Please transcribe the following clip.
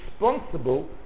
responsible